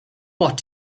what